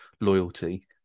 loyalty